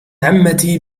عمتي